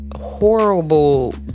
horrible